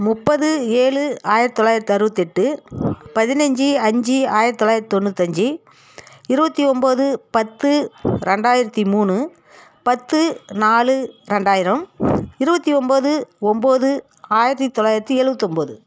முப்பது ஏழு ஆயிரத் தொள்ளாயிரத்தறுவத்தெட்டு பதினைஞ்சு அஞ்சு ஆயிரத்தொளாயிரத் தொண்ணூத்தஞ்சு இருபத்தி ஒன்போது பத்து ரெண்டாயிரத்தி மூணு பத்து நாலு ரெண்டாயிரம் இருபத்தி ஒன்போது ஒன்போது ஆயிரத்து தொள்ளாயிரத்தி எழுபத்தொம்போது